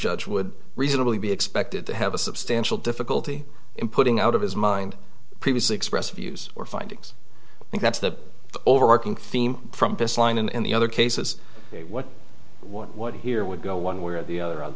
judge would reasonably be expected to have a substantial difficulty in putting out of his mind previously expressed views or findings i think that's the overarching theme from this line and in the other cases what what here would go one way or the other